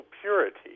purity